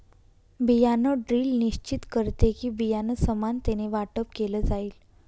बियाण ड्रिल निश्चित करते कि, बियाणं समानतेने वाटप केलं जाईल